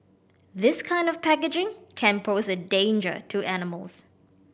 this kind of packaging can pose a danger to animals